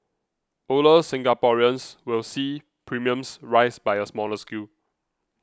older Singaporeans will see premiums rise by a smaller scale